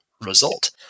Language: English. result